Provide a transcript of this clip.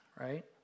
right